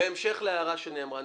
בהמשך להערה שנאמרה,